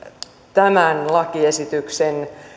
tämän lakiesityksen